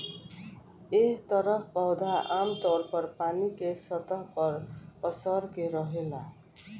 एह तरह पौधा आमतौर पर पानी के सतह पर पसर के रहेला